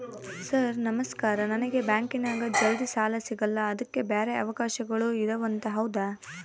Sir ನಮಸ್ಕಾರ ನಮಗೆ ಬ್ಯಾಂಕಿನ್ಯಾಗ ಜಲ್ದಿ ಸಾಲ ಸಿಗಲ್ಲ ಅದಕ್ಕ ಬ್ಯಾರೆ ಅವಕಾಶಗಳು ಇದವಂತ ಹೌದಾ?